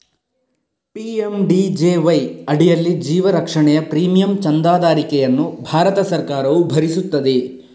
PMJDY ಅಡಿಯಲ್ಲಿ ಜೀವ ರಕ್ಷಣೆಯ ಪ್ರೀಮಿಯಂ ಚಂದಾದಾರಿಕೆಯನ್ನು ಭಾರತ ಸರ್ಕಾರವು ಭರಿಸುತ್ತದೆ